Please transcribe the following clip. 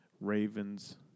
Ravens